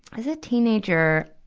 as a teenager,